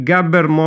Gabber